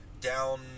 down